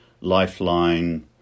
lifeline